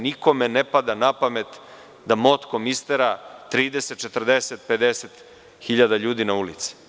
Nikome ne pada na pamet da motkom istera 30, 40, 50 hiljada ljudi na ulice.